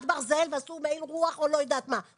ברזל ועשו מעיל רוח או לא יודעת מה.